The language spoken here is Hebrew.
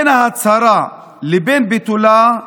בין ההצהרה לבין ביטולה,